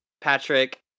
Patrick